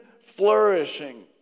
flourishing